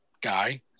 guy